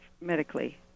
medically